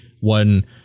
one